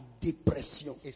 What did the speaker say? dépression